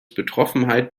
betroffenheit